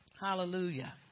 hallelujah